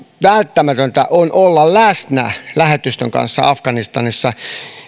välttämätöntä on olla läsnä lähetystön kanssa afganistanissa